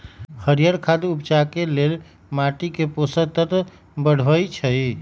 हरियर खाद उपजाके लेल माटीके पोषक तत्व बढ़बइ छइ